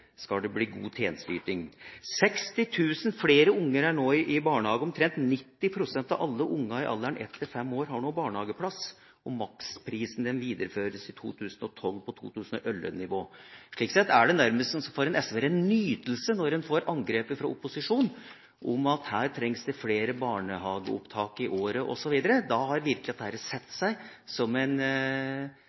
skal det bli god tjenesteyting, er det også viktig med god ledelse, administrasjon, økonomistyring osv. 60 000 flere unger er nå i barnehage; omtrent 90 pst av alle unger i alderen 1–5 år har nå barnehageplass, og maksprisen videreføres i 2012 på 2011-nivå. Slik sett er det for en SVer nærmest en nytelse når en får angrep fra opposisjonen om at det trengs flere barnehageopptak i året osv. Da har virkelig dette «satt seg» som en